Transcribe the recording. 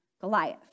Goliath